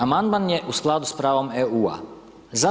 Amandman je u skladu s pravom EU-a.